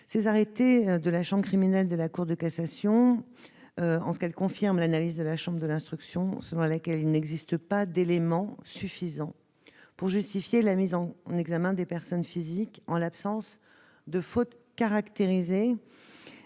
Ces arrêts de la chambre criminelle de la Cour de cassation confirment l'analyse de la chambre de l'instruction selon laquelle il n'existe pas d'éléments suffisants justifiant la mise en examen des personnes physiques précitées en « l'absence de faute caractérisée